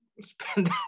spend